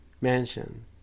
mansion